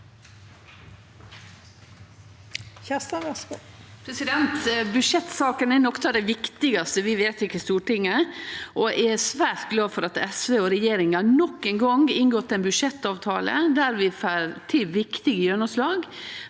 Budsjettsake- ne er noko av det viktigaste vi vedtek i Stortinget, og eg er svært glad for at SV og regjeringa nok ein gong har inngått ein budsjettavtale der vi får til viktige gjennomslag